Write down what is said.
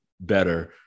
better